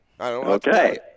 Okay